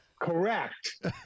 Correct